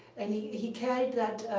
and he he carried that